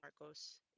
Marcos